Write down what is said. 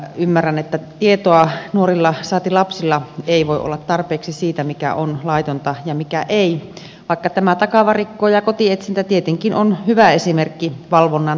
ymmärrän että tietoa nuorilla saati lapsilla ei voi olla tarpeeksi siitä mikä on laitonta ja mikä ei vaikka tämä takavarikko ja kotietsintä tietenkin on hyvä esimerkki valvonnan toimimisesta